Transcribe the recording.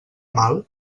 mal